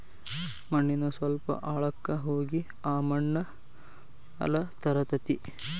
ಮಣ್ಣಿನ ಸ್ವಲ್ಪ ಆಳಕ್ಕ ಹೋಗಿ ಆ ಮಣ್ಣ ಮ್ಯಾಲ ತರತತಿ